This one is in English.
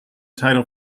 title